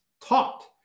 taught